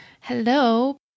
hello